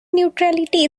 neutrality